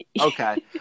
Okay